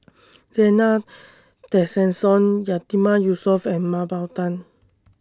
Zena Tessensohn Yatiman Yusof and Mah Bow Tan